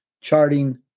Charting